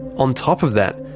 on top of that,